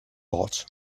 bought